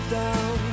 down